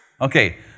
Okay